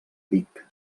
vic